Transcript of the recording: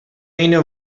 eina